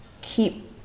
keep